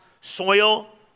soil